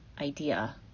idea